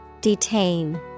Detain